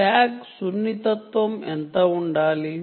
tag సున్నితత్వం ఎంత ఉండాలి